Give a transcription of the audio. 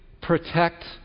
protect